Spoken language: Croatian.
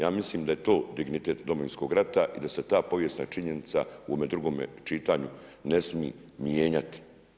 Ja mislim da je to dignitet Domovinskog rata i da se ta povijesna činjenica u ovome drugome čitanju ne smije mijenjati.